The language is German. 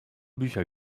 bücher